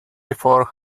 before